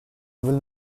will